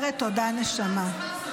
מותר, היא שרה בישראל.